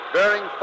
Bearing